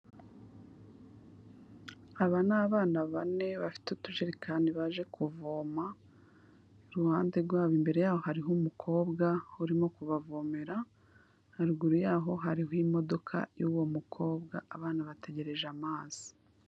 Aba ni abana bane bafite utujerikani baje kuvoma, iruhande rwabo imbere yaho hariho umukobwa urimo kubavomera, haruguru yaho hariho imodoka y'uwo mukobwa abana bategereje amazi.